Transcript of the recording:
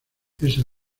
esa